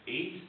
eight